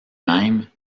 même